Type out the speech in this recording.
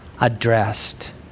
addressed